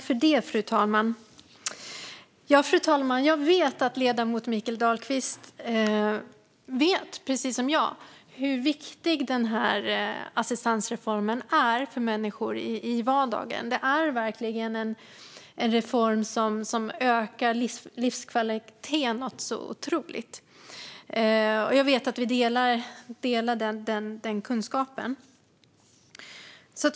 Fru talman! Ledamoten Mikael Dahlqvist vet precis som jag hur viktig assistansreformen är för människor i vardagen. Det är en reform som ökar livskvaliteten otroligt mycket. Jag vet att vi delar denna kunskap.